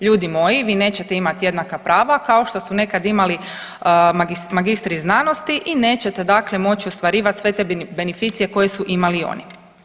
Ljudi moji vi neće imati jednaka prava kao što su nekada imali magistri znanosti i nećete dakle moći ostvarivati sve te beneficije koje su imali oni.